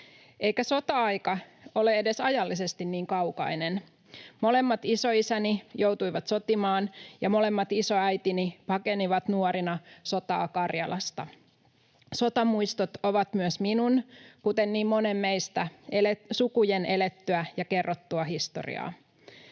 eikä sota-aika ole edes ajallisesti niin kaukainen. Molemmat isoisäni joutuivat sotimaan, ja molemmat isoäitini pakenivat nuorina sotaa Karjalasta. Sotamuistot ovat myös minun, kuten niin monen meistä, sukujen elettyä ja kerrottua historiaa.